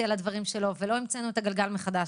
על הדברים שלו ולא המצאנו את הגלגל מחדש.